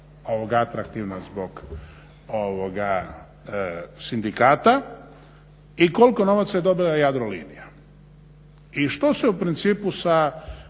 atraktivna zbog sindikata i koliko novaca je dobila Jadrolinija i što se u principu sa